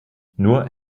nur